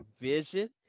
vision